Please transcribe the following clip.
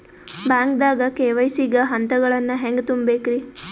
ಬ್ಯಾಂಕ್ದಾಗ ಕೆ.ವೈ.ಸಿ ಗ ಹಂತಗಳನ್ನ ಹೆಂಗ್ ತುಂಬೇಕ್ರಿ?